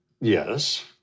Yes